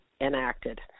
enacted